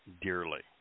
dearly